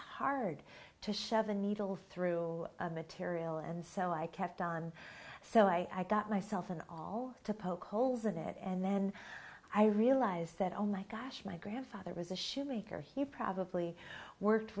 hard to shove a needle through the material and so i kept on so i got myself in all to poke holes in it and then i realized that oh my gosh my grandfather was a shoemaker hugh probably worked